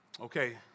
Okay